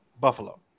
Buffalo